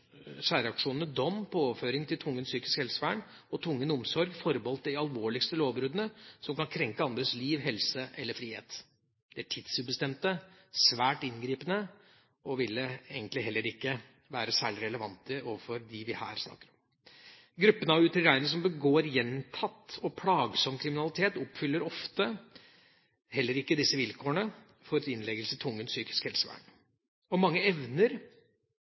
særreaksjonene dom på overføring til tvungent psykisk helsevern og tvungen omsorg forbeholdt de alvorligste lovbruddene som kan krenke andres liv, helse eller frihet. De er tidsubestemte og svært inngripende og ville egentlig heller ikke være særlig relevante overfor dem vi her snakker om. Gruppen av utilregnelige som begår gjentatt og plagsom kriminalitet, oppfyller ofte heller ikke vilkårene for innleggelse i tvungent psykisk helsevern. Mange evner